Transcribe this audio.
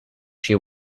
she